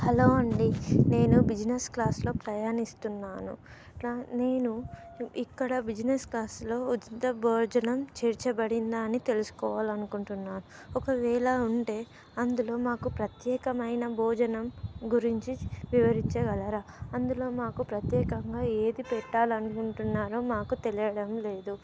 hello అండి నేను business క్లాస్లో ప్రయాణిస్తున్నాను నేను ఇక్కడ బిజినెస్ ఉత్త భోజనం చేర్చబడిందా అని తెలుసుకోవాలనుకుంటున్నాను ఒకవేళ ఉంటే అందులో మాకు ప్రత్యేకమైన భోజనం గురించి వివరించగలరా అందులో మాకు ప్రత్యేకంగా ఏది పెట్టాలనుకుంటున్నారో మాకు తెలియడం లేదు